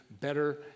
better